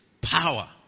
power